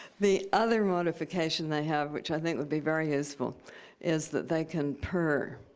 the other modification they have which i think would be very useful is that they can purr.